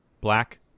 black